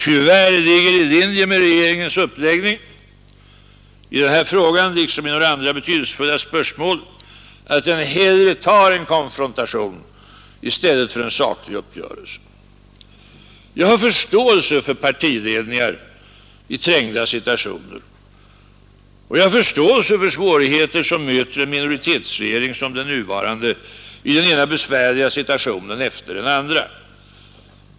Tyvärr ligger det i linje med regeringens uppläggning i den här frågan liksom i några andra betydelsefulla spörsmål att den hellre tar en konfrontation än en saklig uppgörelse. Jag har förståelse för partiledningar i trängda situationer, och jag har förståelse för de svårigheter som möter en minoritetsregering som den nuvarande i den ena besvärliga situationen efter den andra.